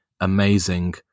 amazing